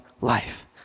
life